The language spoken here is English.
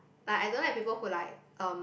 but I don't like people who like um